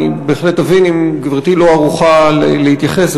אני בהחלט אבין אם גברתי לא ערוכה להתייחס.